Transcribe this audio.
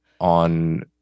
on